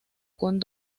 con